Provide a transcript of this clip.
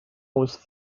was